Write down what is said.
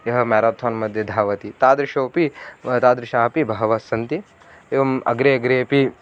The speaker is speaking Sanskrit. यः मेराथोन् मध्ये धावति तादृशोपि तादृशाः अपि बहवः सन्ति एवम् अग्रे अग्रे अपि